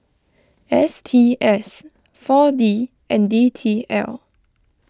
S T S four D and D T L